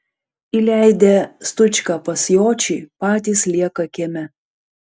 įleidę stučką pas jočį patys lieka kieme